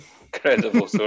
Incredible